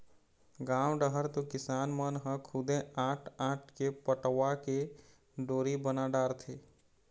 गाँव डहर तो किसान मन ह खुदे आंट आंट के पटवा के डोरी बना डारथे